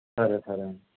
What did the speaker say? సరే సరే అండి